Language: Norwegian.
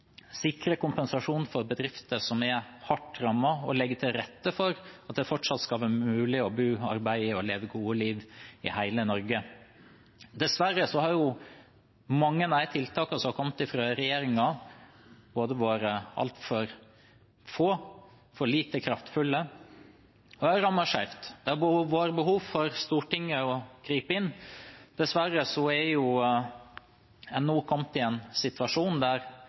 sikre kompensasjon for bedrifter som er hard rammet, og legge til rette for at det fortsatt skal være mulig å bo, arbeide og leve gode liv i hele Norge. Dessverre har mange av de tiltakene som har kommet fra regjeringen, vært altfor få, for lite kraftfulle, og de har rammet skjevt. Det har vært behov for Stortinget å gripe inn. Dessverre er man nå kommet i en situasjon der